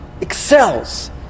excels